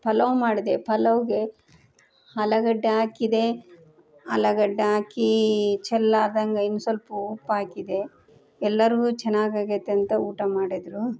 ಪಲಾವ್ ಮಾಡಿದೆ ಪಲಾವ್ಗೆ ಆಲಗಡ್ಡೆ ಹಾಕಿದೆ ಆಲೂಗಡ್ಡೆ ಹಾಕಿ ಚೆಲ್ಲಲ್ಲಾರ್ದಂಗ ಇನ್ನು ಸಲ್ಪ ಉಪ್ಪು ಹಾಕಿದೆ ಎಲ್ಲರಿಗೂ ಚೆನ್ನಾಗಾಗೈತೆ ಅಂತ ಊಟ ಮಾಡಿದರು